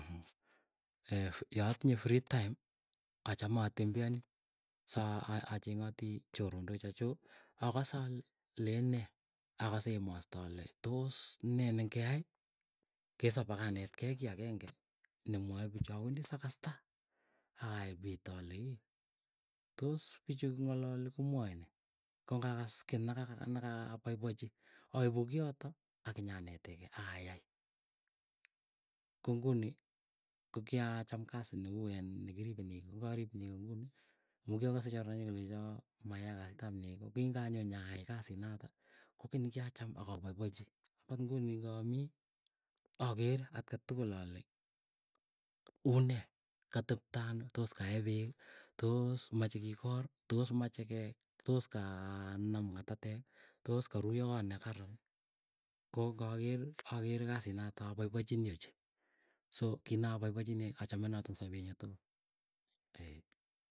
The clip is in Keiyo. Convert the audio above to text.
yaatinye free time, achame atembeani. Saa acheng'ati chorono chechu, akose ale lenee akose emosto ale toos ne nengeai kosop akanetkei kiiy ageng'e nemwae pichi awendi sakasta akaepit alei, tos pichu ng'alali komwoe nee. Ko ngakas kiiy nekaka nekapoipachi aipu kiyoto akinyanetekei. Akayai ko nguni kokiaa cham kasii neu iin nekiripe negoo, ngarip nego nguni. Amuu giakase chorwe nyuu kolecho mayaa kasit ap nego kokinganyoo nyayai kasii natak, kokii nekiacham akapoipochi. Akot ngunii ngamii akere aka tugul ale unee, katepto anoo tos kae peeki. Tos meche kikor tos mache ke, tos kaa nam ng'atatek, tos karuiyo kot nekaran. Ko ngaker akere kasi nata apaipachinii ochei so kii napaipachinii achame notok ing sapee nyuu tukul ee.